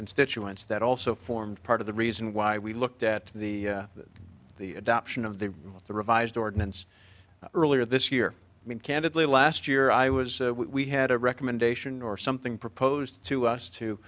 constituents that also formed part of the reason why we looked at the the adoption of the the revised ordinance earlier this year i mean candidly last year i was we had a recommendation or something proposed to us to